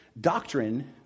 doctrine